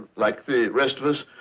like the rest of us,